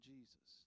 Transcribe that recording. Jesus